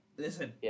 Listen